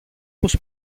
πως